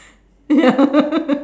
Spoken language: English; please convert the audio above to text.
ya